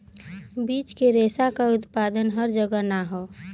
बीज के रेशा क उत्पादन हर जगह ना हौ